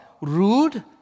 rude